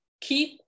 keep